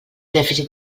dèficit